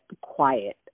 quiet